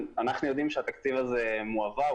אנחנו יודעים שהתקציב הזה מועבר.